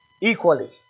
equally